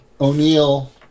O'Neill